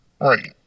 Right